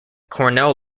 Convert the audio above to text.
cornell